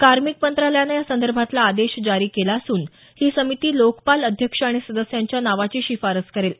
कार्मिक मंत्रालयानं यासंदर्भातला आदेश जारी केला असून ही समिती लोकपाल अध्यक्ष आणि सदस्यांच्या नावाची शिफारस करेल